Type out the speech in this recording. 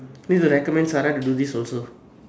this is a recommend Sarah to do this also